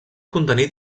contenir